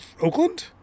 Oakland